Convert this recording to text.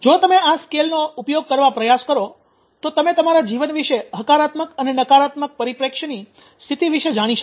જો તમે આ સ્કેલનો ઉપયોગ કરવા પ્રયાસ કરો તો તમે તમારા જીવન વિશે હકારાત્મક અને નકારાત્મક પરિપ્રેક્ષ્યની સ્થિતિ વિશે જાણી શકો